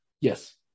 Yes